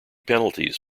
penalties